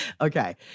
Okay